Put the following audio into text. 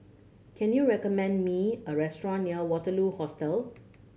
can you recommend me a restaurant near Waterloo Hostel